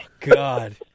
God